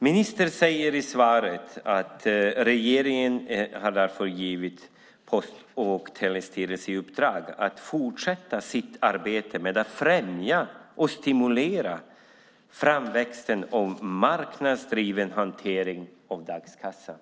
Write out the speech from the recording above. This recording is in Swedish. Ministern säger i svaret att "regeringen har därför givit Post och telestyrelsen i uppdrag att fortsätta sitt arbete med att främja och stimulera framväxt av marknadsdriven hantering av dagskassor".